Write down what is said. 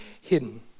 hidden